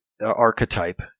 archetype